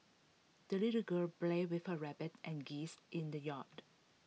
the little girl played with her rabbit and geese in the yard